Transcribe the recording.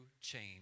change